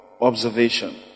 observation